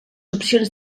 opcions